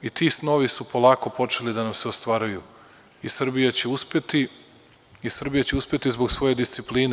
Ti snovi su polako počeli da nam se ostvaruju, i Srbija će uspeti, i Srbija će uspeti zbog svoje discipline.